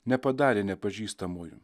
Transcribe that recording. nepadarė nepažįstamuoju